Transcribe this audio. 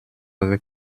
avec